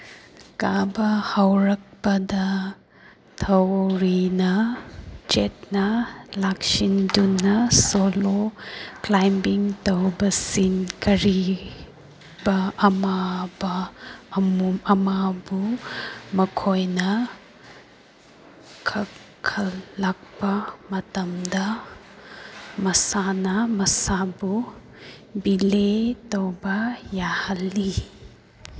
ꯀꯥꯕ ꯍꯧꯔꯛꯄꯗ ꯊꯧꯔꯤꯅ ꯆꯦꯠꯅ ꯂꯥꯛꯁꯤꯟꯗꯨꯅ ꯁꯣꯂꯣ ꯀ꯭ꯂꯥꯏꯝꯕꯤꯡ ꯇꯧꯕꯁꯤꯡ ꯀꯔꯤꯕ ꯑꯃꯕ ꯑꯃꯨꯛ ꯑꯃꯕꯨ ꯃꯈꯣꯏꯅ ꯈꯜꯂꯛꯄ ꯃꯇꯝꯗ ꯃꯁꯥꯅ ꯃꯁꯥꯕꯨ ꯕꯤꯂꯦ ꯇꯧꯕ ꯌꯥꯍꯜꯂꯤ